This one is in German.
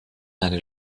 eine